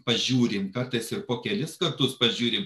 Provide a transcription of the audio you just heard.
pažiūrim karatais ir po kelis kartus pažiūrim